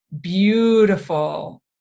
beautiful